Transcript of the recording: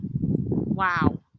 wow